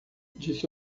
disse